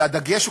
והדגש הוא,